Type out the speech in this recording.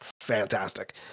fantastic